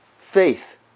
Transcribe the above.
faith